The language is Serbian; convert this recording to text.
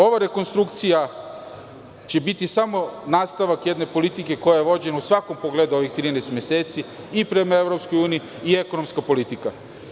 Ova rekonstrukcija će biti samo nastavak jedne politike koja je vođena u svakom pogledu u ovih 13 meseci, i prema EU i ekonomska politika.